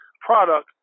product